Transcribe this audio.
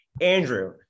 Andrew